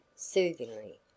soothingly